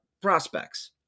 prospects